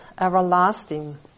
everlasting